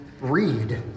read